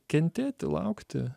kentėti laukti